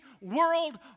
world